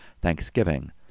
Thanksgiving